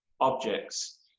objects